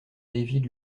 david